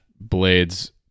Blade's